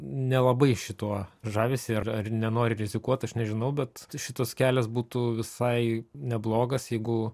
nelabai šituo žavisi ar ar nenori rizikuot aš nežinau bet šitas kelias būtų visai neblogas jeigu